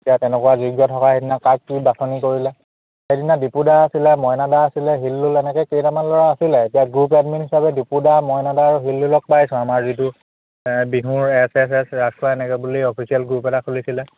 এতিয়া তেনেকুৱা যোগ্য থকা সেইদিনা কাক কি বাছনি কৰিলে সেইদিনা দিপুদা আছিলে মইনাদা আছিলে হিল্লোল এনেকৈ কেইটামান ল'ৰা আছিলে এতিয়া গ্ৰুপ এডমিন হিচাপে দিপুদা মইনাদা আৰু হিল্লোলক পাইছোঁ আমাৰ যিটো বিহুৰ এছ এছ এছ ৰাজখোৱা এনেকৈ বুলি অফিচিয়েল গ্ৰুপ এটা খুলিছিলে